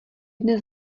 dnes